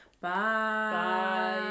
Bye